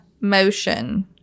motion